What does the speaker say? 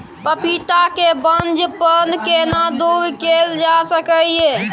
पपीता के बांझपन केना दूर कैल जा सकै ये?